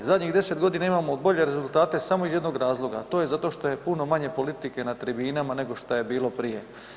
Zadnjih 10 godina imamo bolje rezultate samo iz jednog razloga, to je zato što je puno manje politike na tribinama nego što je bilo prije.